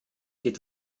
geht